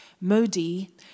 Modi